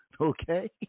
okay